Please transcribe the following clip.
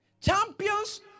champions